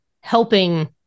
helping